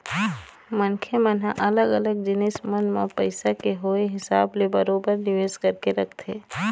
मनखे मन ह अलग अलग जिनिस मन म पइसा के होय हिसाब ले बरोबर निवेश करके रखथे